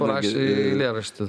parašė eilėraštį